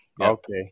Okay